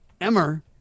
Emmer